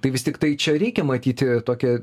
tai vis tiktai čia reikia matyti tokią